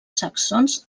saxons